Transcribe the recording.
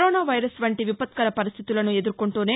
corona virus వంటి విపత్కర పరిస్దితులను ఎదుర్కొంటూనే